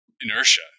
inertia